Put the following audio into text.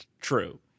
True